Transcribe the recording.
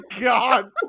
God